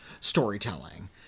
storytelling